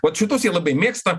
ot šitus jie labai mėgsta